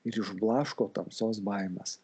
ir išblaško tamsos baimes